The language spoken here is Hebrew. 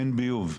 אין ביוב.